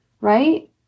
right